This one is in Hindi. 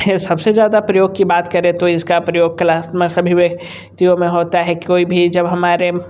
है सबसे ज़्यादा प्रयोग की बात करें तो इसका प्रयोग क्लास में सभी व्यक्ति यों में होता है कोई भी जब हमारे